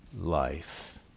life